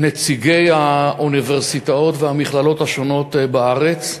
נציגי האוניברסיטאות והמכללות השונות בארץ.